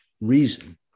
reason